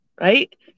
right